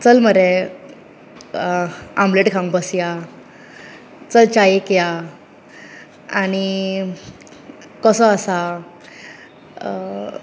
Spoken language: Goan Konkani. चल मरे आमलेट खावंक बसया चल चायेक या आनी कसो आसा